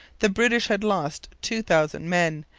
the british had lost two thousand men,